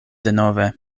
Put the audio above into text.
denove